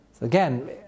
again